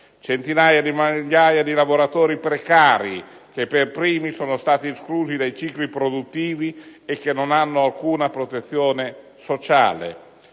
centinaia di migliaia di lavoratori precari che per primi sono stati esclusi dai cicli produttivi e che non hanno alcuna protezione sociale;